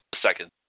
second